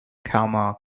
kalmar